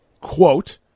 Quote